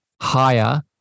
higher